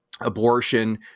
abortion